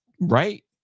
right